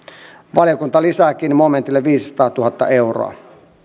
valiokunta lisääkin momentille viisisataatuhatta euroa